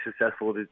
successful